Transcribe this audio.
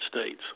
States